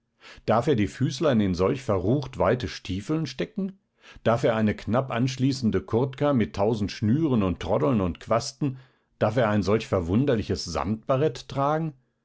darf er die füßlein in solch verrucht weite stiefeln stecken darf er eine knapp anschließende kurtka mit tausend schnüren und troddeln und quasten darf er solch ein verwunderliches samtbarett tragen